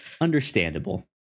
Understandable